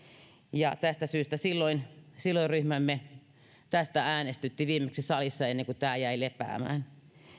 ja tästä syystä silloinen ryhmämme tästä äänestytti viimeksi salissa ennen kuin tämä jäi lepäämään